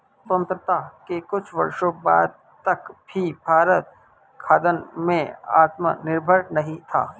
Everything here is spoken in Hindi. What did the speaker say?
स्वतंत्रता के कुछ वर्षों बाद तक भी भारत खाद्यान्न में आत्मनिर्भर नहीं था